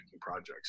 projects